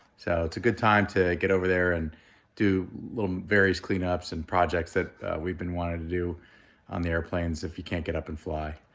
so a good time to get over there and do little various clean-ups and projects that we've been wanting to do on the airplanes if you can't get up and fly.